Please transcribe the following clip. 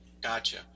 Gotcha